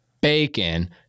bacon